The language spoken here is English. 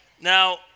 Now